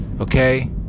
Okay